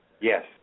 Yes